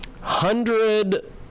hundred